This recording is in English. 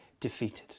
defeated